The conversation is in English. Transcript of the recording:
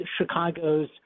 Chicago's